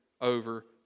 over